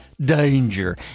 danger